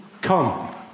Come